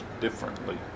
differently